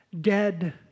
dead